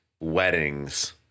weddings